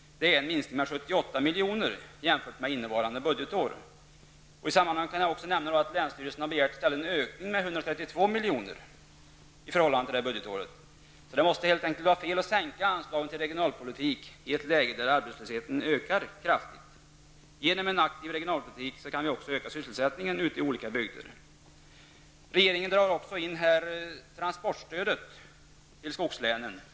Detta är en minskning med 78 miljoner jämfört med innevarande budgetår. I sammanhanget kan också nämnas att länsstyrelserna i stället har begärt en ökning med 132 milj.kr. i förhållande till innevarande budgetår. Det måste helt enkelt vara fel att minska anslagen till regionalpolitiken i ett läge då arbetslösheten ökar kraftigt. Genom en aktiv regionalpolitik kan vi också öka sysselsättningen ute i olika bygder. Regeringen försämrar också transportstödet till skogslänen.